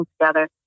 together